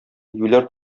юләр